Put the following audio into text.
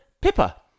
Pippa